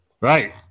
Right